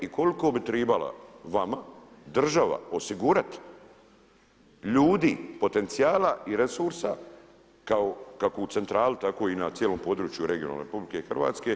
I koliko bi trebala vama država osigurati ljudi, potencijala i resursa kao kako u centrali tako i na cijelom području regionalne RH.